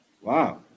Wow